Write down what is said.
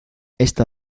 esta